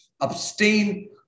Abstain